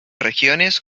regiones